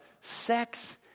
sex